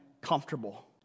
comfortable